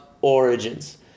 Origins